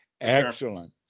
excellent